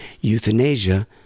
Euthanasia